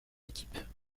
équipes